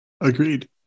Agreed